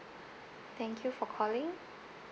thank you for calling